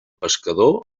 pescador